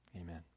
Amen